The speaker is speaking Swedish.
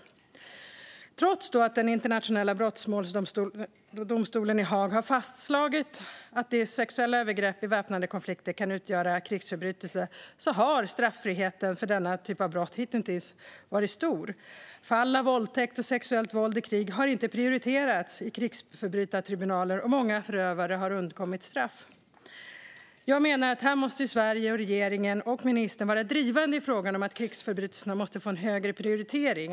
Trots att den internationella brottmålsdomstolen i Haag har fastslagit att de sexuella övergreppen i väpnade konflikter kan utgöra krigsförbrytelser har straffriheten för denna typ av brott hitintills varit stor. Fall av våldtäkt och sexuellt våld i krig har inte prioriterats i krigsförbrytartribunaler, och många förövare har undkommit straff. Jag menar att Sverige, regeringen och ministern måste vara drivande i frågan om att krigsförbrytelserna ska få en högre prioritering.